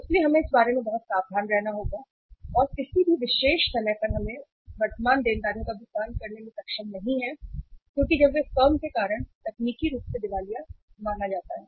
इसलिए हमें इस बारे में बहुत सावधान रहना होगा और किसी भी विशेष समय पर हम वर्तमान देनदारियों का भुगतान करने में सक्षम नहीं हैं क्योंकि जब वे फर्म के कारण तकनीकी रूप से दिवालिया माना जाता है